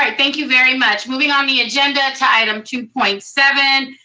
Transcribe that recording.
ah thank you very much. moving on the agenda to item two point seven,